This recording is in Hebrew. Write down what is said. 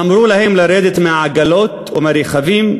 אמרו להם לרדת מהעגלות ומהרכבים,